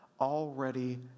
already